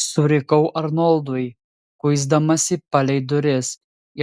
surikau arnoldui kuisdamasi palei duris